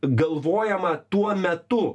galvojama tuo metu